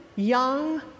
young